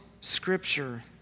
Scripture